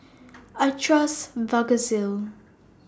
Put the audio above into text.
I Trust Vagisil